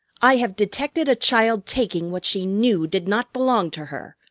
i have detected a child taking what she knew did not belong to her,